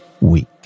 week